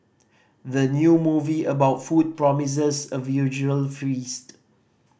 the new movie about food promises a visual feast